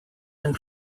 and